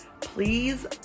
Please